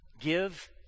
give